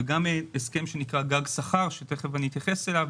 וגם הסכם שנקרא "גג שכר" שתכף אתייחס אליו.